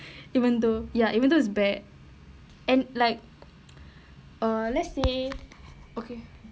even though ya even though it's bad and like uh let's say okay